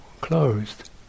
closed